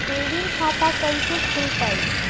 Saving खाता कैसे खुलतई?